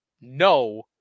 no